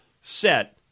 set